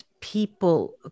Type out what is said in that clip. people